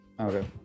Okay